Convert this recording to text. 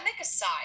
aside